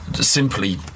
simply